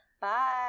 Bye